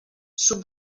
sud